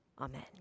Amen